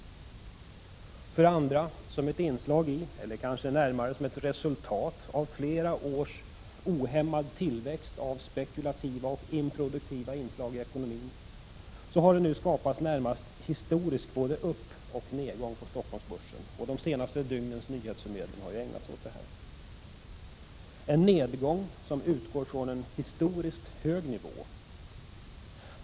För det andra: Som ett inslag i — eller kanske snarare som ett resultat av — flera års ohämmad tillväxt av spekulativa och improduktiva inslag i ekonomin har det nu skapats en närmast historisk både uppoch nedgång på Stockholmsbörsen. De senaste dygnens nyhetsförmedling har ägnats åt detta. Det är en nedgång som utgår från en historiskt hög nivå.